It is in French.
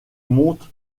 monte